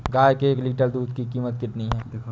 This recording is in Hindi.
गाय के एक लीटर दूध की कीमत कितनी है?